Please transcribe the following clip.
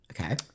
Okay